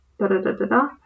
da-da-da-da-da